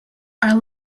are